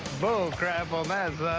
bull crap on that,